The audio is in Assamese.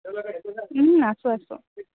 আছোঁ আছোঁ